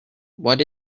what